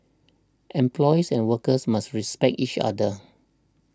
employers and workers must respect each other